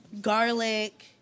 Garlic